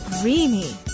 creamy